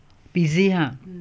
busy ha